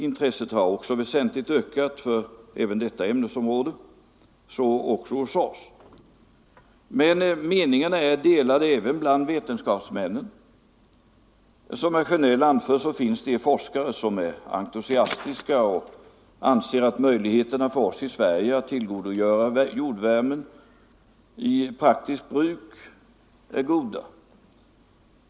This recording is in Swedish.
Intresset för detta ämnesområde har ökat väsentligt även hos oss. Men meningarna är delade även bland vetenskapsmännen. Såsom herr Sjönell anförde, finns det forskare som är entusiastiska och som anser att möjligheterna att tillgodogöra oss jordvärmen i praktiskt bruk här i Sverige är goda.